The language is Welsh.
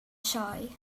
sioe